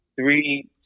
three